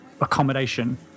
accommodation